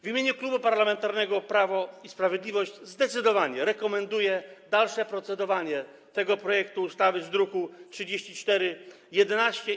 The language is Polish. W imieniu Klubu Parlamentarnego Prawo i Sprawiedliwość zdecydowanie rekomenduję dalsze procedowanie nad projektem ustawy z druku nr 3411.